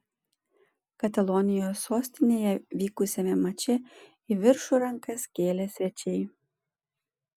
katalonijos sostinėje vykusiame mače į viršų rankas kėlė svečiai